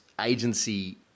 agency